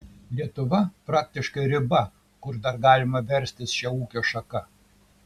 lietuva praktiškai riba kur dar galima verstis šia ūkio šaka